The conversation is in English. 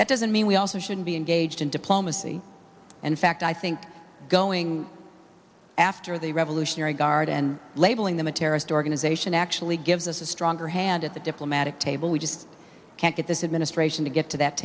that doesn't mean we also should be engaged in diplomacy and in fact i think going after the revolutionary guard and labeling them a terrorist organization actually gives us a stronger hand at the diplomatic table we just can't get this administration to get to that